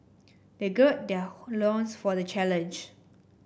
they gird their loins for the challenge